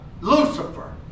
Lucifer